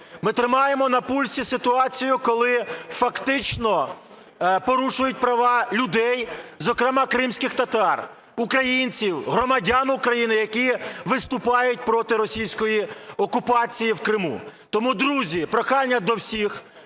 ми тримаємо на пульсі ситуацію, коли фактично порушують права людей, зокрема кримських татар, українців, громадян України, які виступають проти російської окупації в Криму. Тому, друзі, прохання до всіх